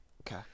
Okay